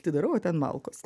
atidarau o ten malkos